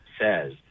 says